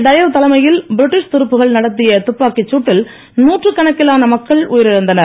tyre தலைமையில் British துருப்புகள் நடத்திய துப்பாக்கிச் சூட்டில் நூற்றுக்கணக்கிலான மக்கள் உயிரிழந்தனர்